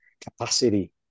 capacity